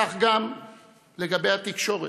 כך גם לגבי התקשורת.